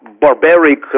barbaric